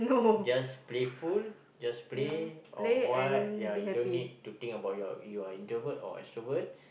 just playful just play or what ya you don't need to think about your you're introvert or extrovert